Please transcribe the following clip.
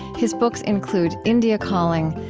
his books include india calling,